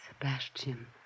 Sebastian